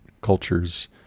cultures